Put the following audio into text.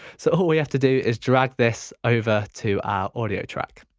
so all we have to do is drag this over to our audio track.